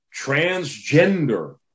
Transgender